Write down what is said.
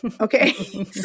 Okay